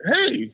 Hey